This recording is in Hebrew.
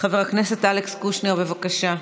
חבר הכנסת אלכס קושניר, בבקשה.